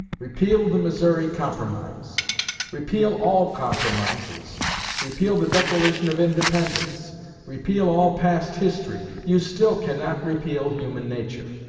repeal the missouri compromise repeal all compromises repeal the declaration of independence repeal all past history you still cannot repeal human nature.